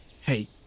Hey